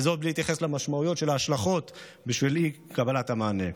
וזה עוד בלי להתייחס למשמעויות של ההשלכות בשל אי-קבלת המענה.